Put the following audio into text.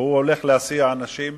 והוא הולך להסיע אנשים,